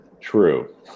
True